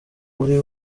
uri